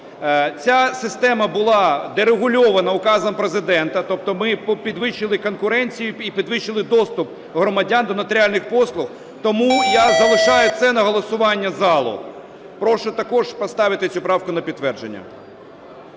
Ця система була дерегульована указом Президента, тобто ми підвищили конкуренцію і підвищили доступ громадян до нотаріальних послуг. Тому я залишаю це на голосування залу. Прошу також поставити цю правку на підтвердження.